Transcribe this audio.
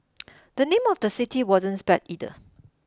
the name of the city wasn't spared either